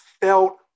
felt